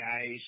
guys